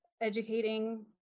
educating